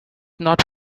not